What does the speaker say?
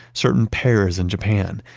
certain pears in japan,